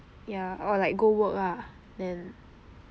ya or like go work ah then